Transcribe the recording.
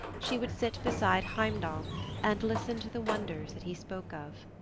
she would sit beside heimdall and listen to the wonders that he spoke of.